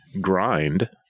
grind